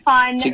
Fun